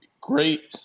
Great